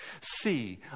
See